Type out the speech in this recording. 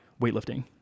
weightlifting